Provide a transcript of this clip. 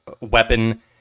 weapon